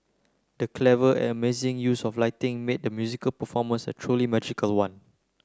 the clever and amazing use of lighting made the musical performance a truly magical one